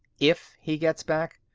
if he gets back.